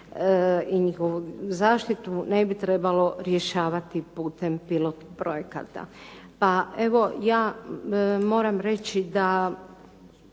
i njihovu zaštitu ne bi trebalo rješavati putem pilot projekata. Pa evo ja moram reći da